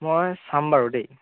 মই চাম বাৰু দেই